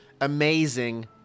Amazing